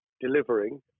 delivering